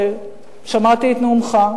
שמעתי את נאומך.